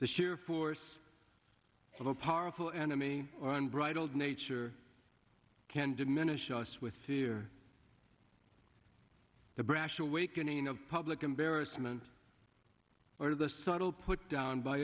the sheer force of a powerful enemy or unbridled nature can diminish us with fear the brash awakening of public embarrassment or the subtle put down by